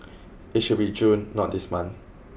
it should be June not this month